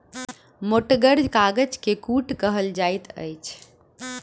मोटगर कागज के कूट कहल जाइत अछि